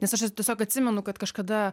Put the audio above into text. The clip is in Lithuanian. nes aš tiesiog atsimenu kad kažkada